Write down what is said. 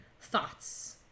thoughts